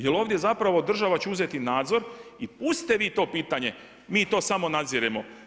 Jer ovdje zapravo država će uzeti nadzor i pustite vi to pitanje, mi to samo nadziremo.